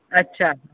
अच्छा